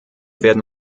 werden